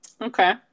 Okay